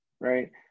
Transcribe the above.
right